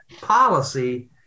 policy